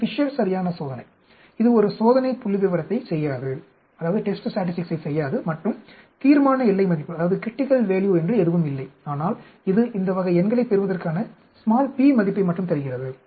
இந்த ஃபிஷர் சரியான சோதனை இது ஒரு சோதனை புள்ளிவிவரத்தைச் செய்யாது மற்றும் தீர்மான எல்லை மதிப்பு எதுவும் இல்லை ஆனால் இது இந்த வகை எண்களைப் பெறுவதற்கான p மதிப்பை மட்டுமே தருகிறது